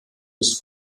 des